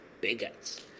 bigots